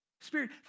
Spirit